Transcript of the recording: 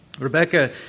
Rebecca